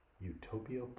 Utopia